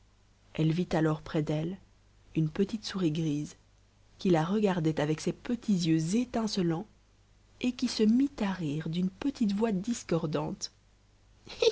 elle vit alors près d'elle une petite souris grise qui la regardait avec ses petits yeux étincelants et qui se mit à rire d'une petite voix discordante